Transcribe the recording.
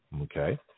Okay